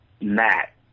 Matt